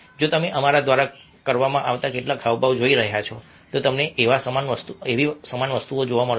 જો તમે અમારા દ્વારા કરવામાં આવતા કેટલાક હાવભાવ જોઈ રહ્યા છો તો તમને એક સમાન વસ્તુ જોવા મળશે